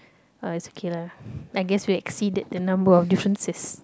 uh it's okay lah I guess we exceeded the number of differences